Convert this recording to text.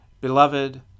Beloved